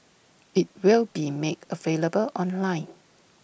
IT will be made available online